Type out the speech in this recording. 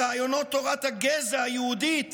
רעיונות תורת הגזע היהודית